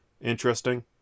interesting